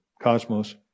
cosmos